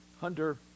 Hunter